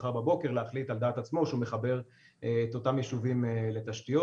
מחר בבוקר להחליט על דעת עצמו שהוא מחבר את אותם ישובים לתשתיות.